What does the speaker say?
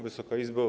Wysoka Izbo!